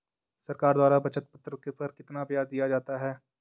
सरकार द्वारा बचत पत्र पर कितना ब्याज दिया जाता है?